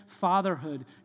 fatherhood